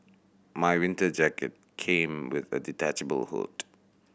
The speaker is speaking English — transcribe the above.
my winter jacket came with a detachable hood